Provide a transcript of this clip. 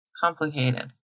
Complicated